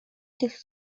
tych